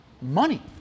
money